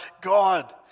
God